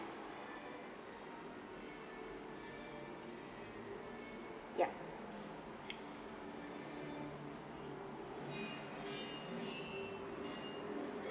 yup